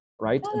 Right